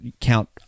count